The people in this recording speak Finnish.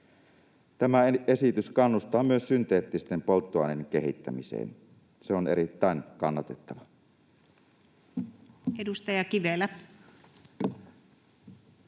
Tämä esitys kannustaa myös synteettisten polttoaineiden kehittämiseen. Se on erittäin kannatettava. [Speech